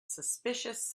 suspicious